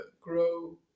grow